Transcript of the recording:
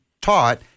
taught